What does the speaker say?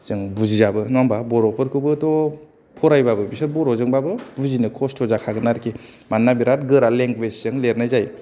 जों बुजियाबो नङा होमबा बर'फोरखौबोथ' फरायबाबो बिसोर बर'जोंबाबो बुजिनो खस्थ' जाखागोन आरखि मानोना बेराद गोरा लेंगुवेजजों लिरनाय जायो